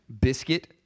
Biscuit